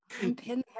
Pinhead